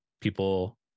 people